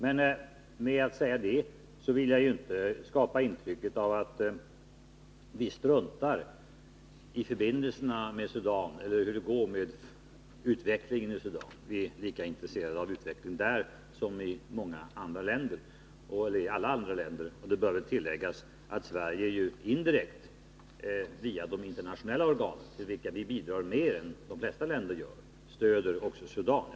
Genom att säga detta vill jag inte skapa intrycket av att vi struntar i förbindelserna med Sudan eller hur det går med utvecklingen i Sudan. Vi är lika intresserade av utvecklingen där som i alla andra länder. Och det bör tilläggas att Sverige indirekt via de internationella organen, till vilka vi lämnar större bidrag än de flesta andra länder, stödjer också Sudan.